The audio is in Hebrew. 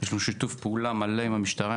יש לנו שיתוף פעולה עם המשטרה,